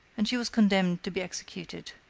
and she was condemned to be executed.